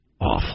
awful